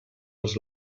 als